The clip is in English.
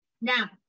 Now